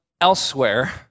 elsewhere